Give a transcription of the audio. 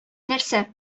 нәрсә